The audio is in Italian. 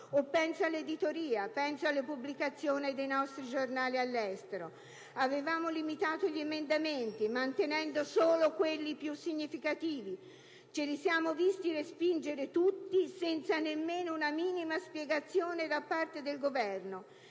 anche all'editoria, alle pubblicazioni dei nostri giornali all'estero. Avevamo limitato gli emendamenti, mantenendo solo quelli più significativi. Ce li siamo visti respingere tutti, senza nemmeno una minima spiegazione da parte del Governo,